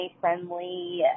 friendly